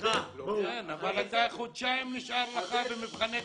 כן, אבל חודשיים נשאר לך במבחני תמיכה.